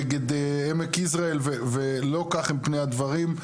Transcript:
נגד עמק יזרעאל ולא כך הם פני הדברים,